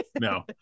No